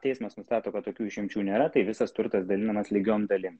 teismas nustato kad tokių išimčių nėra tai visas turtas dalinamas lygiom dalim